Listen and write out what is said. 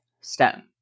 stone